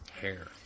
hair